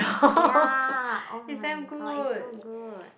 ya oh-my-god it's so good